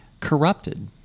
corrupted